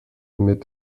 mit